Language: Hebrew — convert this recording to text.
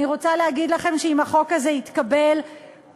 אני רוצה להגיד לכם שאם החוק הזה יתקבל כל